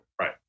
right